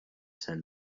send